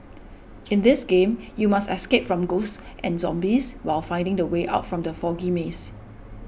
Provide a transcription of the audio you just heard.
in this game you must escape from ghosts and zombies while finding the way out from the foggy maze